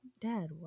Dad